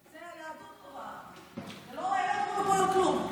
לא קבענו כלום.